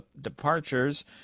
departures